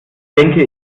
denke